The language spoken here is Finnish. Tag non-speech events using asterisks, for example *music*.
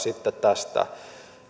*unintelligible* sitten lakkaisi